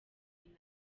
nyina